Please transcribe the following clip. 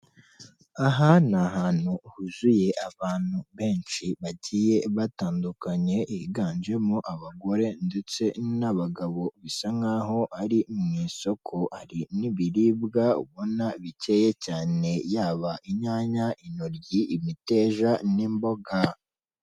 Aha ni ahantu huzuye abantu benshi bagiye batandukanye, higanjemo abagore ndetse n'abagabo bisa nkaho ari mu isoko, hari n'ibiribwa ubona bikeya cyane yaba inyanya, intoryi, imiteja n'imboga.